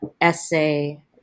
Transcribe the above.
essay